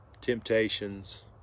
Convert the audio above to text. temptations